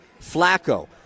Flacco